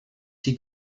die